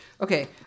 Okay